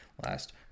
last